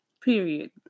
Period